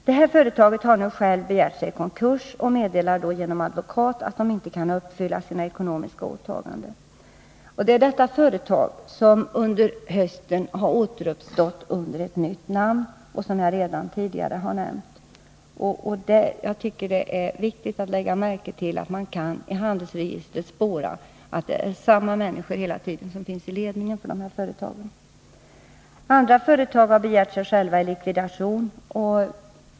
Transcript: Detta företag har nu självt begärt sig i konkurs och meddelar genom advokat att det ej kan uppfylla sina ekonomiska åtaganden. Det är detta företag som nu under hösten har återuppstått med nytt namn och som Nr 49 | jag redan tidigare har nämnt. Det är viktigt att lägga märke till att man i handelsregistret kan spåra samma namn i ledningen för samtliga tre företag. Andra företag har begärt sig själva i likvidation.